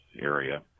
area